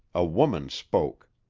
a woman spoke.